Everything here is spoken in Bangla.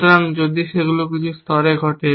সুতরাং যদি সেগুলি কিছু স্তরে ঘটে